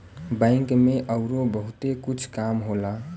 bank में अउरो बहुते कुछ काम होला